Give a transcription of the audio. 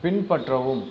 பின்பற்றவும்